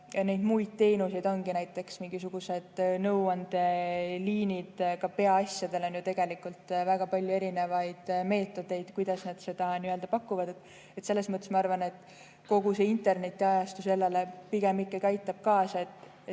vaatame muid teenuseid, ongi näiteks mingisugused nõuandeliinid, ka Peaasjadel on ju tegelikult väga palju erinevaid meetodeid, kuidas nad [teenust] pakuvad. Selles mõttes ma arvan, et kogu see internetiajastu sellele pigem ikkagi aitab kaasa,